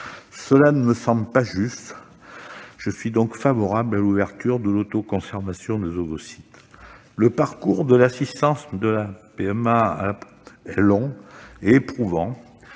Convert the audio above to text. Cela ne me semble pas juste. Je suis donc favorable à l'ouverture de l'autoconservation des ovocytes. Le parcours de l'assistance médicale à la procréation est long et éprouvant.